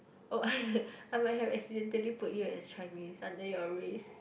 oh I might have accidentally put you as Chinese under your race